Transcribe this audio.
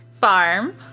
Farm